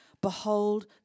Behold